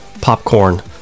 popcorn